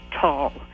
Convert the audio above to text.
tall